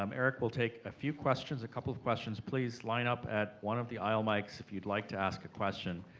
um eric will take a few questions a couple of questions. please, lineup at one of the aisle mics if you'd like to ask a question.